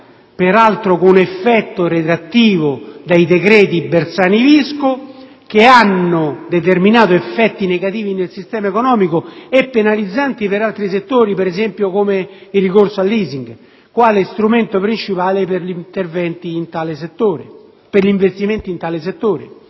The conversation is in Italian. peraltro con effetto retroattivo, dai decreti Bersani-Visco, che hanno determinato effetti negativi nel sistema economico e penalizzanti per altri settori, per esempio per il ricorso al *leasing* quale strumento principale per gli investimenti in tale settore.